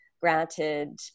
granted